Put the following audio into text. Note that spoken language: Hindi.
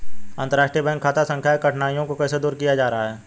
अंतर्राष्ट्रीय बैंक खाता संख्या की कठिनाइयों को कैसे दूर किया जा रहा है?